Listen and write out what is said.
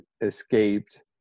escaped